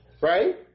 right